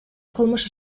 кылмыш